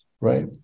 right